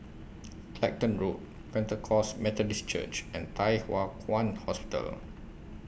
Clacton Road Pentecost Methodist Church and Thye Hua Kwan Hospital